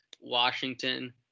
Washington